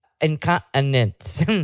incontinence